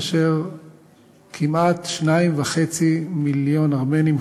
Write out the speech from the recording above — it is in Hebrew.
כאשר כמעט 2.5 מיליון ארמנים,